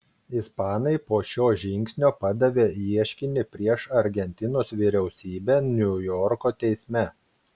ispanai po šio žingsnio padavė ieškinį prieš argentinos vyriausybę niujorko teisme